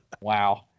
wow